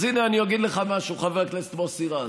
אז הינה, אני אגיד לך משהו, חבר הכנסת מוסי רז: